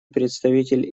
представитель